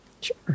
Sure